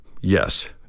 Yes